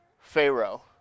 Pharaoh